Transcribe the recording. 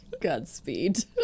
godspeed